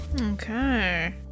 Okay